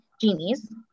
genies